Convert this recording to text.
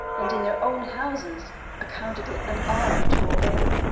and in their own houses accounted it an honor to obey.